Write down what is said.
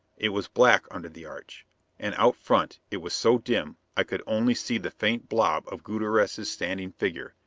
it was black under the arch and out front it was so dim i could only see the faint blob of gutierrez's standing figure,